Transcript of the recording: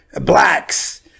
blacks